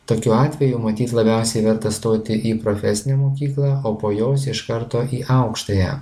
tokiu atveju matyt labiausiai verta stoti į profesinę mokyklą o po jos iš karto į aukštąją